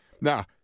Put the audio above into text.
Now